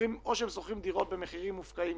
או שהם שוכרים דירות במחירים מופקעים,